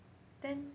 then